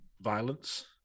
violence